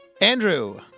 Andrew